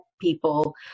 people